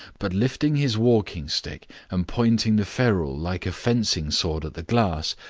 but lifting his walking-stick and pointing the ferrule like a fencing sword at the glass,